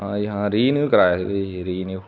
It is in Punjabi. ਹਾਂਜੀ ਹਾਂ ਰੀਨਿਊ ਕਰਾਇਆ ਸੀਗਾ ਜੀ ਰੀਨਿਊ